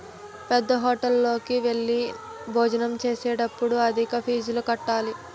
పేద్దహోటల్లోకి వెళ్లి భోజనం చేసేటప్పుడు అధిక ఫీజులు కట్టాలి